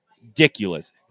Ridiculous